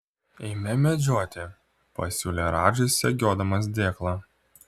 eime medžioti pasiūlė radžai segiodamas dėklą